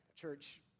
Church